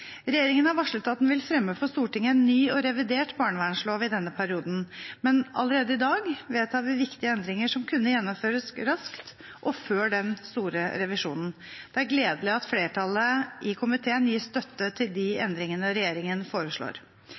Regjeringen har varslet at den vil fremme for Stortinget en ny og revidert barnevernslov i denne perioden, men allerede i dag vedtar vi viktige endringer som kunne gjennomføres raskt og før den store revisjonen. Det er gledelig at flertallet i komiteen gir støtte til de endringene regjeringen foreslår.